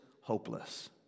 hopeless